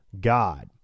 God